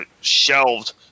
shelved